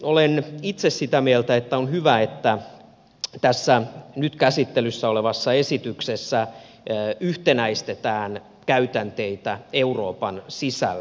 olen itse sitä mieltä että on hyvä että tässä nyt käsittelyssä olevassa esityksessä yhtenäistetään käytänteitä euroopan sisällä